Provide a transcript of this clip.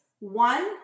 One